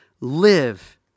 Live